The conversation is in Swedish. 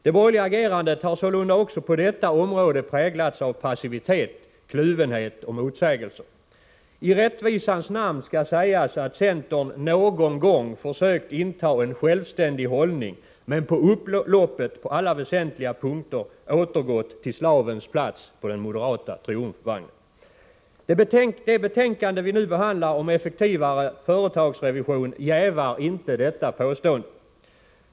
Det borgerliga agerandet har sålunda också på detta område präglats av passivitet, kluvenhet och motsägelser. I rättvisans namn skall sägas att centern någon gång har försökt inta en självständig hållning men på upploppet på alla väsentliga punkter återgått till slavens plats på den moderata triumfvagnen. Det betänkande vi nu behandlar om effektivare företagsrevision jävar inte detta påstående.